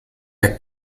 der